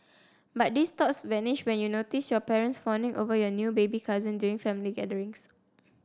but these thoughts vanished when you notice your parents fawning over your new baby cousin during family gatherings